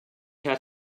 had